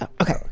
Okay